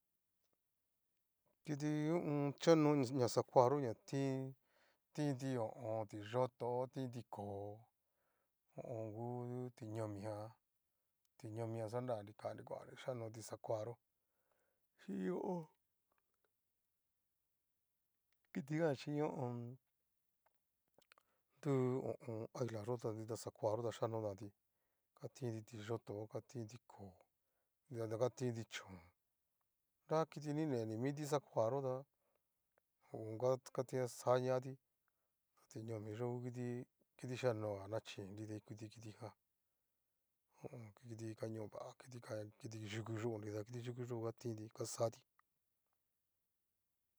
Kiti ho o on. yiano ña xakoa yo'o ñá tin tinti ho o on. ti'yoto, tinti koo'o, ho o on. ngu ti'ñomijan, ti'ñomijan xanra nikani kuani xhíkanoti xakoa yo'o chín ho o on. kitijan chín ho o on. duu ho o on. aguila yo'o ta dután xakoa ta chíkanoti ga tinti ti'yoto nga tinti koo'ó, nrida ta a tinti chón, nra kiti ni ne miti xakoa yo'o ta ho o on. kati xañati ta ti'ñomi yo'o ngu uti kitixhikanoga naxhíi nrida ikuti kitijan ho o on. kiti ka ño va a kiti yuku yo'o nrida kiti yukuyó atinti kaxati.